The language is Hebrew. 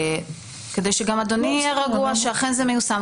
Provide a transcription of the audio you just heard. כדי שגם אדוני יהיה רגוע שאכן זה מיושם.